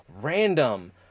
random